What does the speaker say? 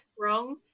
wrong